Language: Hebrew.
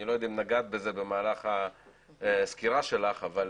אני לא יודע אם נגעת בזה במהלך הסקירה שלך אבל